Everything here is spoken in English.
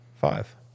five